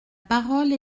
parole